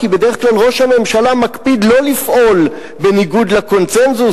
כי בדרך כלל ראש הממשלה מקפיד לא לפעול בניגוד לקונסנזוס.